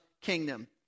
kingdom